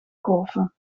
golfen